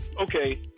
Okay